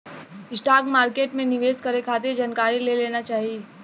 stock market में निवेश करे खातिर जानकारी ले लेना चाही